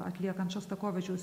atliekant šostakovičiaus